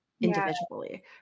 individually